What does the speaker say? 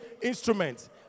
instruments